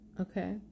Okay